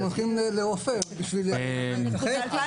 הם הולכים לרופא בשביל לשחק?